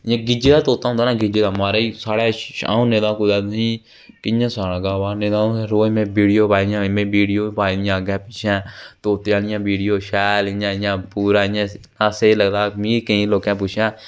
इ'यां गिज्जे दा तोता होंदा ना गिज्जे दा म्हाराज साढ़े छां होने दा कियां सना अ'ऊं सनाने तां रोज वीडियो पाई उड़ने वीडियो पाई ओड़ने इ'यां अग्गें पिच्छैं तोते आह्लियां शैल इ'यां इ'यां पूरे इ'न्ना सेही लगदा मिगी इ'यां लोकें पुच्छेआ